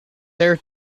their